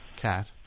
cat